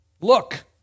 look